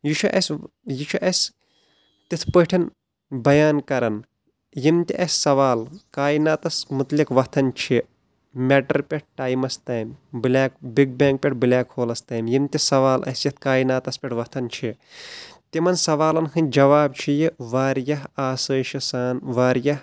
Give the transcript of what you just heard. یہِ چھُ اسہ یہِ چھُ اسہ تتھ پٲٹھۍ بیان کران یِم تہِ اسہ سوال کایناتس متعلق وتھان چھِ میٹر پٮ۪ٹھ تایمَس تام بلیک بِگ بینگ پٮ۪ٹھ بلیک ہولس تام یِم تہِ سوال اسہ یتھ کایناتس پٮ۪ٹھ وتھان چھِ تِمن سوالن ہنٛدۍ جواب چھُ یہِ واریاہ آسٲیشہِ سان واریاہ